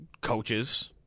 coaches